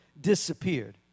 disappeared